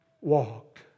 walked